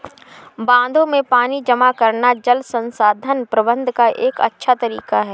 बांधों में पानी जमा करना जल संसाधन प्रबंधन का एक अच्छा तरीका है